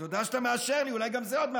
תדבר על מה שאתה רוצה, זה בסדר.